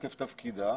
בתוקף תפקידה,